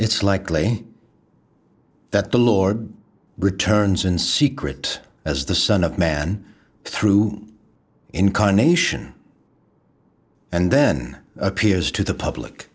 it's likely that the lord returns in secret as the son of man through incarnation and then appears to the public